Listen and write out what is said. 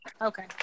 Okay